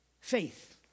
Faith